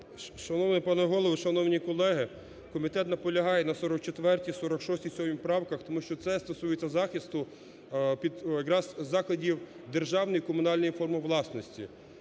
Шановний пане Голово! Шановні колеги! Комітет наполягає на 44-й, 46-й, 47-й правках, тому що це стосується захисту якраз заходів державної і комунальної форми власності.